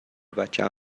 بچه